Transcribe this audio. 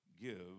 give